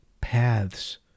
paths